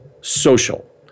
social